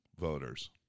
voters